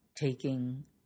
taking